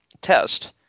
test